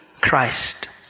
christ